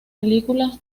películas